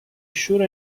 شور